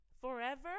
Forever